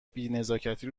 بینزاکتی